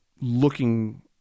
looking